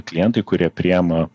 klientai kurie priima